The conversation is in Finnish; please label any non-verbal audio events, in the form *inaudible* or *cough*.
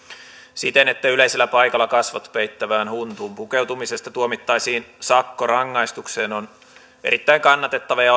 siten että yleisellä paikalla kasvot peittävään huntuun pukeutumisesta tuomittaisiin sakkorangaistukseen on erittäin kannettava ja *unintelligible*